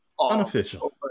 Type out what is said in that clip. Unofficial